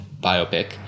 biopic